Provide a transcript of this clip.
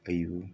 ꯑꯩꯕꯨ